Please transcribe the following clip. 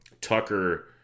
Tucker